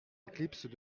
éclipse